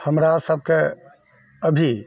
हमरासबके अभी